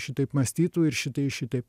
šitaip mąstytų ir šitai šitaip